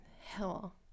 Hell